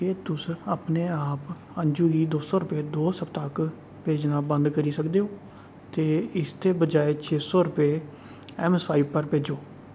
क्या तुस अपने आप अंजु गी दो सौ रुपये दो सप्ताहक भेजना बंद करी सकदे ओ ते इसदे बजाए छे सौ रुपये ऐम्मस्वाइप पर भेजो